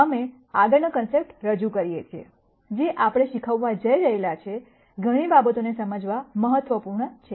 અમે આગળ નો કોન્સેપ્ટ રજૂ કરીએ છીએ જે આપણે શીખવવા જઈ રહેલા ઘણી બાબતોને સમજવા મહત્વપૂર્ણ છે